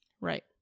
Right